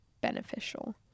beneficial